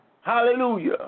Hallelujah